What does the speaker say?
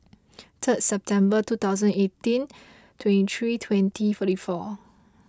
third September two thousand eighteen twenty three twenty forty four